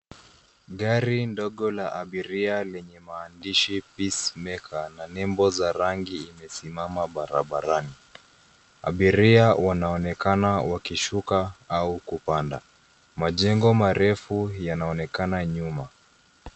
Gari ndogo la abiria lenye maandishi peace maker na nembo za rangi imesimama barabarani. Abiria wanaonekana wakishuka au kupanda. Majengo marefu yanaonekana nyuma.